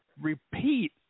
repeat